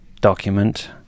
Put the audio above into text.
document